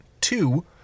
two